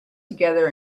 together